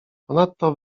ponadto